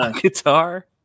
guitar